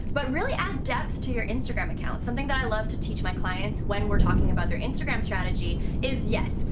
but really add depth to your instagram accounts. something that i love to teach my clients when we're talking about their instagram strategy is, yes,